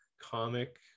comic-